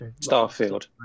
Starfield